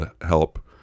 help